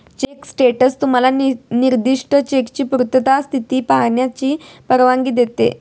check status तुम्हाला निर्दिष्ट चेकची पूर्ण स्थिती पाहण्याची परवानगी देते